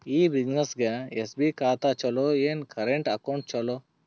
ಈ ಬ್ಯುಸಿನೆಸ್ಗೆ ಎಸ್.ಬಿ ಖಾತ ಚಲೋ ಏನು, ಕರೆಂಟ್ ಅಕೌಂಟ್ ಚಲೋ?